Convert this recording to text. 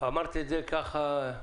אמרת את זה כעובדה.